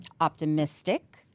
Optimistic